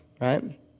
right